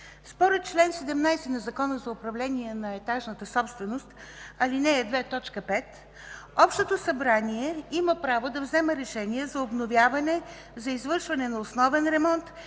Според чл. 17 на Закона за управление на етажната собственост, ал. 2, т. 5, Общото събрание има право да взема решения за обновяване, за извършване на основен ремонт